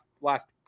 last